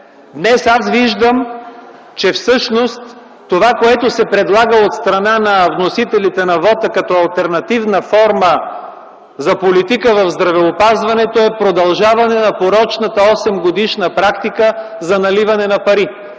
Днес аз виждам, че всъщност това, което се предлага от страна на вносителите на вота като алтернативна форма за политика в здравеопазването е продължаване на порочната осемгодишна практика за наливане на пари.